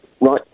Right